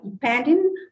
depending